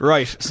Right